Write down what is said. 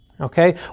Okay